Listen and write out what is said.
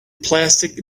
plastic